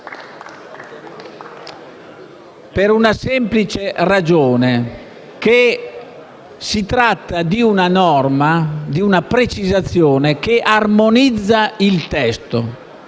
per la semplice ragione che si tratta di una precisazione che armonizza il testo,